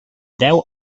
deu